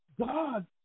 God